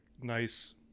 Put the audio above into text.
nice